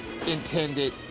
intended